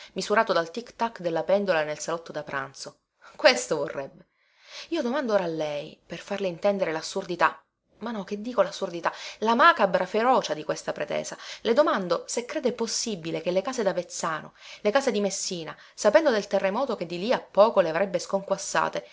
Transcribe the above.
misurato dal tic-tac della pendola nel salotto da pranzo questo vorrebbe io domando ora a lei per farle intendere lassurdità ma no che dico lassurdità la macabra ferocia di questa pretesa le domando se crede possibile che le case davezzano le case di messina sapendo del terremoto che di lì a poco le avrebbe sconquassate